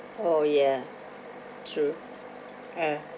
oh ya true uh